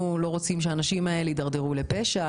לא רואים שהאנשים האלה יתדרדרו לפשע,